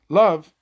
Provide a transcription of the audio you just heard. love